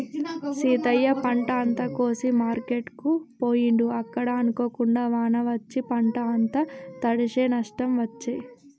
సీతయ్య పంట అంత కోసి మార్కెట్ కు పోయిండు అక్కడ అనుకోకుండా వాన వచ్చి పంట అంత తడిశె నష్టం వచ్చే